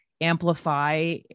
amplify